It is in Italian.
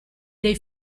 dei